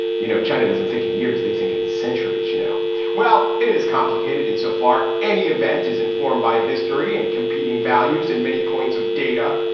you know china doesn't think in years they think in centuries you know well it is complicated in so far any event is informed by history and competing values and many points of data.